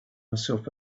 myself